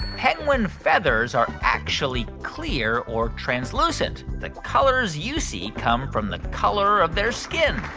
penguin feathers are actually clear or translucent the colors you see come from the color of their skin?